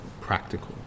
practical